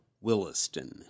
Williston